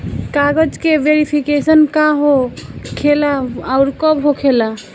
कागज के वेरिफिकेशन का हो खेला आउर कब होखेला?